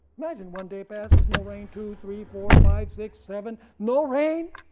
imagine one day passes no rain, two, three, four, five, six, seven no rain.